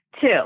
Two